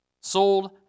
sold